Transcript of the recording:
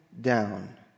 down